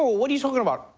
what are you talking about?